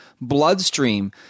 bloodstream